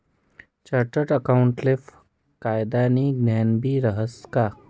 chartered अकाऊंटले कायदानं ज्ञानबी रहास का